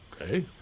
Okay